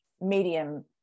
medium